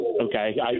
Okay